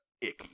icky